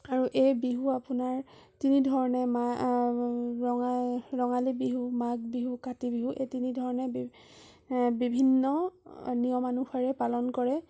আৰু এই বিহু আপোনাৰ তিনি ধৰণে মা ৰঙা ৰঙালী বিহু মাঘ বিহু কাতি বিহু এই তিনি ধৰণে বিভিন্ন নিয়মানুসাৰে পালন কৰে